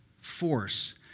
force